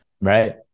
Right